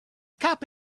cup